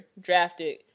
drafted